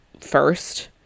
first